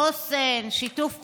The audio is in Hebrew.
חוסן, שיתוף פעולה,